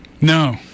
No